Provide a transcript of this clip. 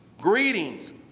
Greetings